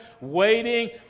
waiting